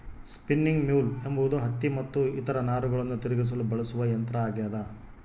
spinning mule ಎಂಬುದು ಹತ್ತಿ ಮತ್ತು ಇತರ ನಾರುಗಳನ್ನು ತಿರುಗಿಸಲು ಬಳಸುವ ಯಂತ್ರ ಆಗ್ಯದ